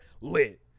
lit